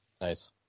Nice